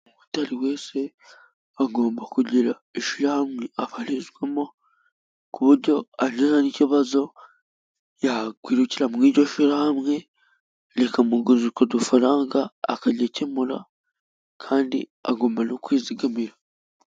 Umumotari wese agomba kugira ishyirahamwe abarizwamo ku buryo nahura n'ikibazo yakwirukira muri iryo shyihamwe rikamugurira utwo dufaranga akajya akemura kandi agomba no kwizigamira.